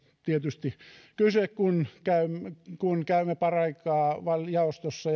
tietysti kyse kun käymme kun käymme paraikaa jaostossa